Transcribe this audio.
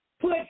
put